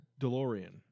delorean